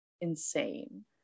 Insane